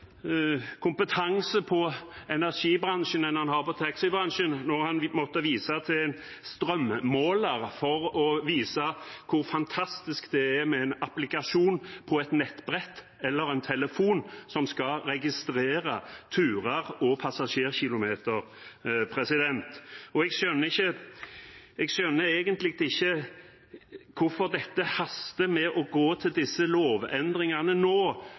kompetanse på energibransjen enn han har på taxibransjen når han måtte vise til en strømmåler for å vise hvor fantastisk det er med en applikasjon på et nettbrett eller en telefon som skal registrere turer og passasjerkilometer. Jeg skjønner egentlig ikke hvorfor det haster med å gå til disse lovendringene nå,